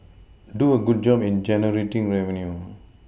do a good job in generating revenue